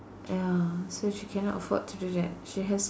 ya so she cannot afford to do that she has